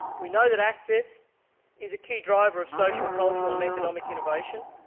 we know that access is a key driver of social, cultural, and economic innovation.